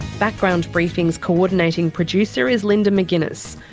background briefing's co-ordinating producer is linda mcginness,